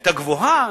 היתה גבוהה,